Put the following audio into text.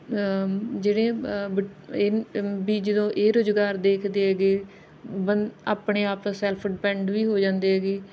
ਜਿਹੜੇ ਵੀ ਜਦੋਂ ਇਹ ਰੁਜ਼ਗਾਰ ਦੇਖਦੇ ਹੈਗੇ ਬੰ ਆਪਣੇ ਆਪ ਸੈਲਫ ਡਪੈਂਡ ਵੀ ਹੋ ਜਾਂਦੇ ਹੈਗੇ